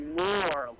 more